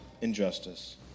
injustice